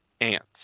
ants